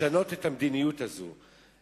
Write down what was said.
לשנות את המדיניות הזאת.